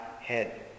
head